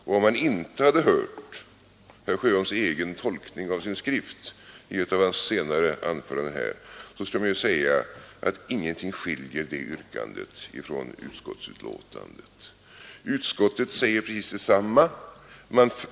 Om man inte hade hört herr Sjöholms egen tolkning av sin skrivning i ett av hans senare anföranden, skulle man, när man läser yrkandet, säga att ingenting skiljer det från utskottsbetänkandet. Utskottet säger precis detsamma.